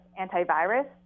antivirus